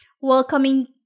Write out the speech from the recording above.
welcoming